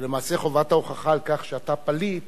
שלמעשה חובת ההוכחה על כך שאתה פליט